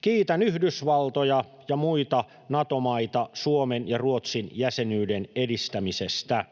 Kiitän Yhdysvaltoja ja muita Nato-maita Suomen ja Ruotsin jäsenyyden edistämisestä.